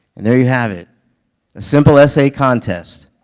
and there you have it, a simple essay contest,